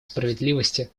справедливости